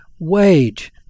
wage